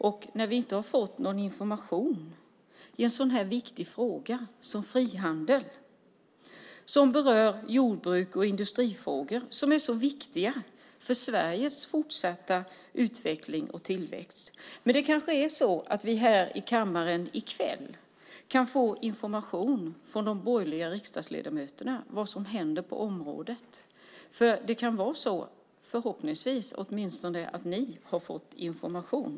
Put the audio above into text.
Vi har inte fått någon information i en sådan här viktig fråga som frågan om frihandel som berör jordbruk och industrifrågor som är så viktiga för Sveriges fortsatta utveckling och tillväxt. Men det kanske är så att vi här i kammaren i kväll kan få information från de borgerliga riksdagsledamöterna om vad som händer på området. Det kan förhoppningsvis vara så att åtminstone de har fått information.